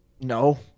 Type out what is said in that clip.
No